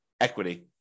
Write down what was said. equity